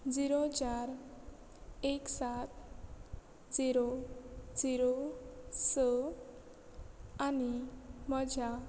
zero चार एक सात झिरो झिरो स आनी म्हज्या